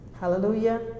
Hallelujah